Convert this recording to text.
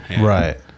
right